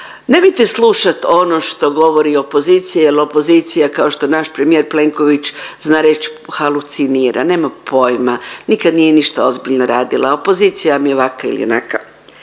Nemojte slušat ono što govori opozicija jer opozicija kao što naš premijer Plenković zna reći halucinira, nema pojma, nikad nije ništa ozbiljno radila, opozicija vam je ovakva ili onakva.